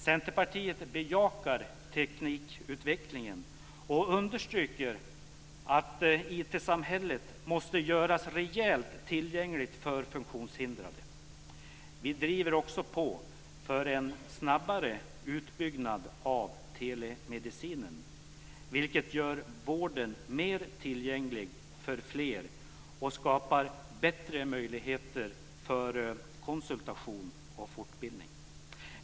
Centerpartiet bejakar teknikutvecklingen och understryker att IT samhället måste göras rejält tillgängligt för funktionshindrade. Vi driver också på för en snabbare utbyggnad av telemedicinen, vilket gör vården mer tillgänglig för fler och skapar bättre möjligheter för konsultation och fortbildning.